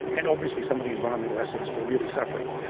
and obviously some of the environmental assets were really suffering.